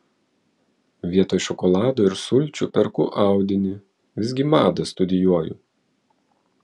vietoj šokolado ir sulčių perku audinį visgi madą studijuoju